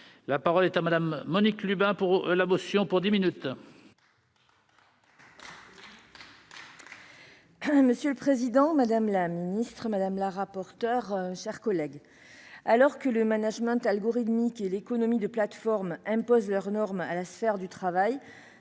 La parole est à Mme Monique Lubin, pour la motion. Monsieur le président, madame la ministre, mes chers collègues, alors que le management algorithmique et l'économie de plateforme imposent leurs normes à la sphère du travail,